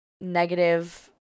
negative